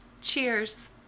Cheers